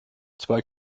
zwei